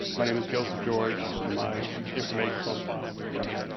my name is joseph george, and my information's on file with the clerk.